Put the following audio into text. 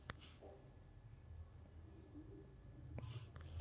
ವ್ಯಾಪಾರಸ್ಥರು ಸಾಲ ತಗೋಳಾಕ್ ಯಾವ ದಾಖಲೆಗಳನ್ನ ಕೊಡಬೇಕ್ರಿ?